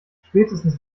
spätestens